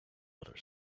other